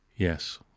Yes